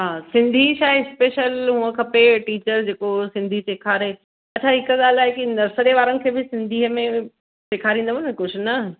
हा सिंधी छा आहे स्पेशल हुजनि खपे टीचर जेको सिंधी सेखारे अच्छा हिकु ॻाल्हि आहे की नर्सरी वारनि खे बि सिंधीअ में सखारिंदव न कुझु न